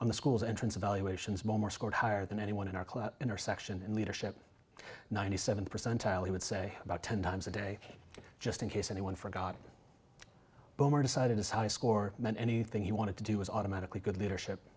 on the school's entrance evaluations momar scored higher than anyone in our class intersection in leadership ninety seven percent he would say about ten times a day just in case anyone forgot boomer decided his high score meant anything he wanted to do was automatically good leadership